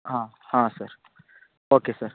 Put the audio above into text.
ಹಾಂ ಹಾಂ sir okay sir